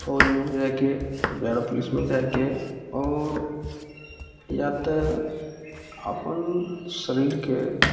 फौजमे जाएके बिहारो पुलिसमे जाएके आओर या तऽ अपन शरीरके